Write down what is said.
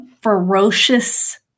ferocious